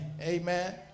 amen